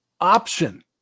option